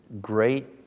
great